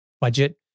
budget